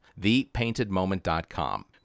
ThePaintedMoment.com